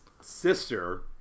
sister